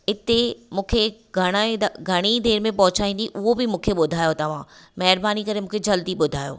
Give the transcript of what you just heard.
इते मूंखे घणाई घणी देर में पहुचाईंदी उहो बि मूंखे ॿुधायो तव्हां महिरबानी करे मूंखे जल्दी ॿुधायो